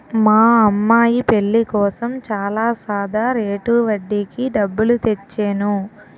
మా అమ్మాయి పెళ్ళి కోసం చాలా సాదా రేటు వడ్డీకి డబ్బులు తెచ్చేను